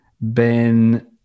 Ben